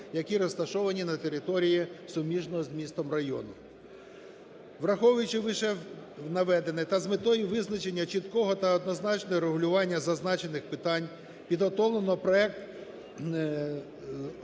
які розташовані на території суміжного з містом району. Враховуючи вищенаведене та з метою визначення чіткого та однозначного регулювання зазначених питань підготовлено проект Закону